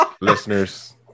listeners